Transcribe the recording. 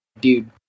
dude